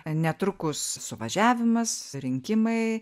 netrukus suvažiavimas rinkimai